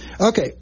Okay